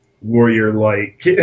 warrior-like